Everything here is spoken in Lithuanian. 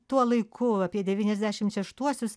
tuo laiku apie devyniasdešim šeštuosius